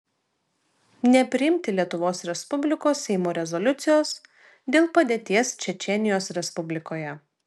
nepriimti lietuvos respublikos seimo rezoliucijos dėl padėties čečėnijos respublikoje